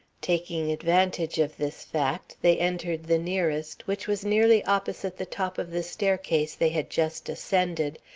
taking advantage of this fact, they entered the nearest, which was nearly opposite the top of the staircase they had just ascended,